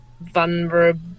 vulnerable